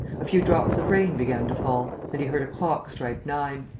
a few drops of rain began to fall and he heard a clock strike nine.